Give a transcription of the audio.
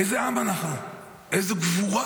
איזה עם אנחנו, איזו גבורה.